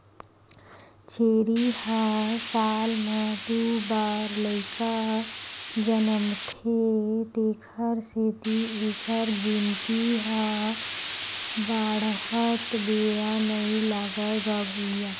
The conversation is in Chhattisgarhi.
छेरी ह साल म दू बार लइका जनमथे तेखर सेती एखर गिनती ह बाड़हत बेरा नइ लागय गा भइया